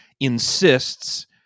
insists